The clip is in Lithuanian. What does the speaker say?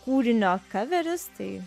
kūrinio kaveris tai